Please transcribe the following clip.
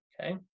okay